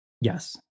Yes